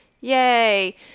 Yay